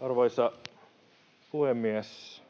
Arvoisa puhemies!